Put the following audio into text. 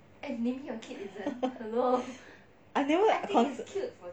I never con~